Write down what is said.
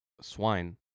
swine